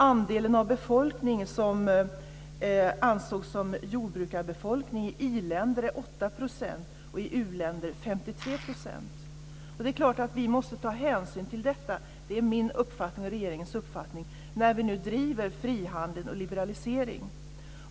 Andelen befolkning som ansågs som jordbrukarbefolkning i i-länder var 8 % och i u-länder 53 %. Det är klart att vi måste ta hänsyn till detta, det är min och regeringens uppfattning, när vi nu driver frihandel och liberalisering.